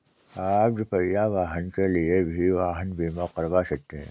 आप दुपहिया वाहन के लिए भी वाहन बीमा करवा सकते हैं